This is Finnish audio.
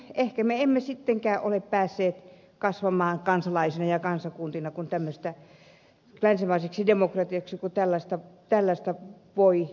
ehkä me emme sittenkään ole päässeet kasvamaan kansalaisina ja kansakuntana länsimaiseksi demokratiaksi kun tällaista voi tapahtua